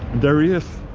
there he is